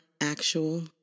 actual